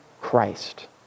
Christ